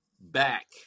back